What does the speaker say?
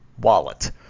wallet